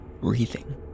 breathing